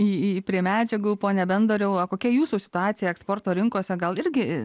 į prie medžiagų pone bendoriau o kokia jūsų situacija eksporto rinkose gal irgi